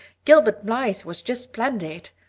gilbert blythe was just splendid.